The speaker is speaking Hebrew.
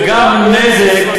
וגם נזק,